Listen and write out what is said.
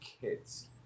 kids